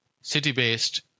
city-based